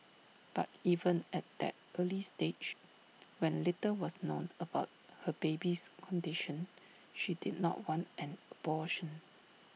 but even at that early stage when little was known about her baby's condition she did not want an abortion